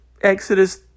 Exodus